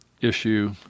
issue